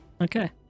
Okay